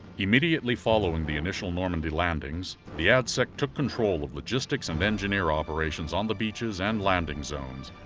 immediately following the initial normandy landings, the adsec took control of logistics and engineer operations on the beaches and landing zones,